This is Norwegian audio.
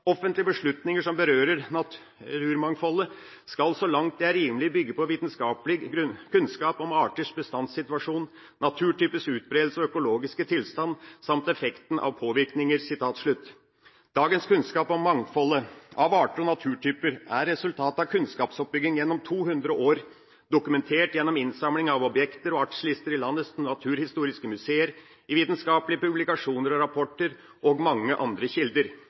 beslutninger som berører naturmangfoldet skal så langt det er rimelig bygge på vitenskapelig kunnskap om arters bestandssituasjon, naturtypers utbredelse og økologiske tilstand, samt effekten av påvirkninger.» Dagens kunnskap om mangfoldet av arter og naturtyper er resultatet av kunnskapsoppbygging gjennom to hundre år, dokumentert gjennom innsamlinger av objekter og artslister i landets naturhistoriske museer, i vitenskapelige publikasjoner og rapporter, og mange andre kilder.